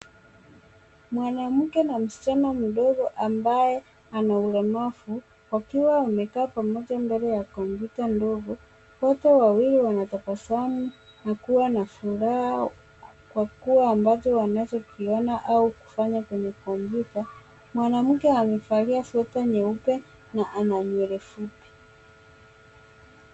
Mwanamke na msichana mdogo ambaye ana ulemavu wakiwa wamekaa pamoja mbele ya kompyuta ndogo wote wawili wana tabasamu na kuwa na furaha kwa kuwa ambacho wanachokiona au kufanya kwenye kompyuta , mwanamke amevalia sweta nyeupe na ana nywele fupi.